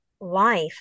life